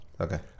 Okay